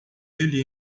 ele